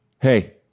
Hey